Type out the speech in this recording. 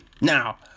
Now